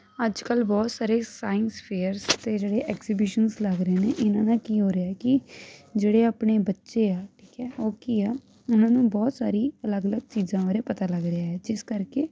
ਅੱਜ ਕੱਲ੍ਹ ਬਹੁਤ ਸਾਰੇ ਸਾਇੰਸ ਫੇਅਰਸ ਅਤੇ ਜਿਹੜੇ ਐਗਜੀਬਿਸ਼ਨ ਲੱਗ ਰਹੇ ਨੇ ਇਹਨਾਂ ਨਾਲ ਕੀ ਹੋ ਰਿਹਾ ਕਿ ਜਿਹੜੇ ਆਪਣੇ ਬੱਚੇ ਆ ਠੀਕ ਆ ਉਹ ਕੀ ਆ ਉਹਨਾਂ ਨੂੰ ਬਹੁਤ ਸਾਰੀ ਅਲੱਗ ਅਲੱਗ ਚੀਜ਼ਾਂ ਬਾਰੇ ਪਤਾ ਲੱਗ ਰਿਹਾ ਜਿਸ ਕਰਕੇ